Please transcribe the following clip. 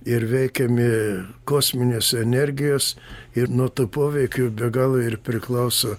ir veikiami kosminės energijos ir nuo to poveikio be galo ir priklauso